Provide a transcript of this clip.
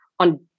on